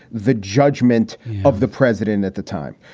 the judgment of the president at the time.